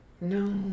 No